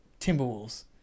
Timberwolves